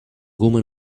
woman